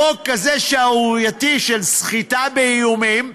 לחוק שערורייתי כזה, של סחיטה באיומים,